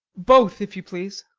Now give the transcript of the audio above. both, if you please.